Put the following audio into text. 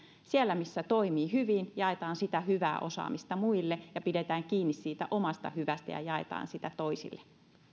siellä missä jokin toimii hyvin jaetaan sitä hyvää osaamista muille pidetään kiinni siitä omasta hyvästä ja jaetaan sitä toisille